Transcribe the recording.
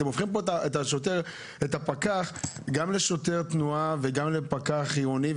אתם הופכים את הפקח גם לשוטר תנועה וגם לפקח עירוני.